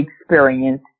experience